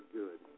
good